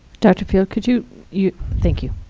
dr field, could you you thank you.